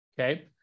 okay